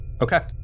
Okay